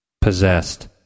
possessed